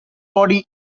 body